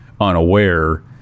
unaware